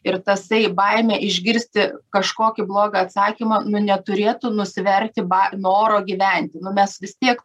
ir tasai baimė išgirsti kažkokį blogą atsakymą nu neturėtų nusverti bar noro gyventi nu mes vis tiek